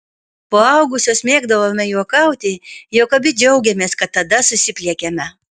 paaugusios mėgdavome juokauti jog abi džiaugiamės kad tada susipliekėme